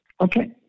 Okay